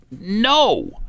No